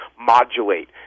modulate